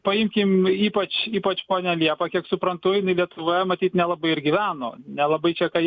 paimkim ypač ypač ponią liepą kiek suprantu jinai lietuvoje matyt nelabai ir gyveno nelabai čia ką joje aš